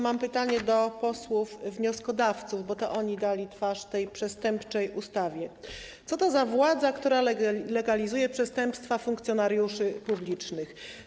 Mam pytanie do posłów wnioskodawców, bo to oni dali twarz tej przestępczej ustawie: Co to za władza, która legalizuje przestępstwa funkcjonariuszy publicznych?